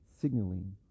signaling